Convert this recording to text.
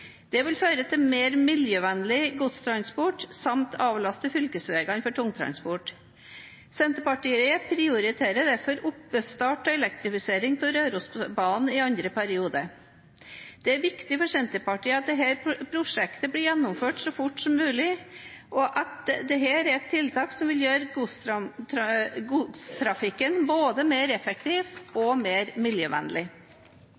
Dette vil føre til mer miljøvennlig godstransport samt avlaste fylkesveiene for tungtransport. Senterpartiet prioriterer derfor oppstart av elektrifisering på Rørosbanen i andre periode. Det er viktig for Senterpartiet at dette prosjektet blir gjennomført så fort som mulig, da dette er et tiltak som vil gjøre godstrafikken både mer effektiv